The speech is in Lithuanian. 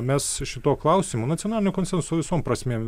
mes šituo klausimu nacionalinio konsenso visom prasmėm